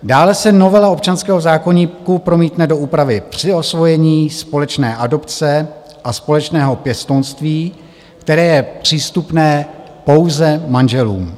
Dále se novela občanského zákoníku promítne do úpravy při osvojení, společné adopce a společného pěstounství, které je přístupné pouze manželům.